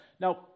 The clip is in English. now